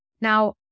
Now